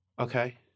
Okay